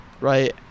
right